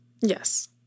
Yes